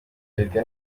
erega